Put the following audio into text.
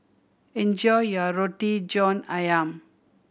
enjoy your Roti John Ayam